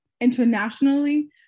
Internationally